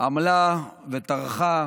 עמלה וטרחה,